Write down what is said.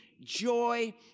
joy